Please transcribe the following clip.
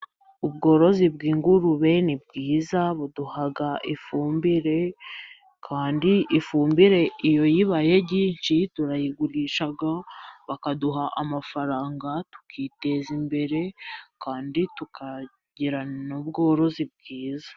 Ubworozi bw'ingurube ni bwiza, buduha ifumbire, kandi ifumbire iyo ribaye ryinshi turarigurisha, bakaduha amafaranga, tukiteza imbere, kandi tukagira n'ubworozi bwiza.